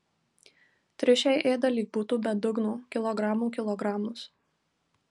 triušiai ėda lyg būtų be dugno kilogramų kilogramus